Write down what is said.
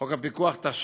בחוק הפיקוח על בתי-ספר,